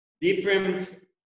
different